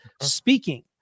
speaking